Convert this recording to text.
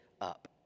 up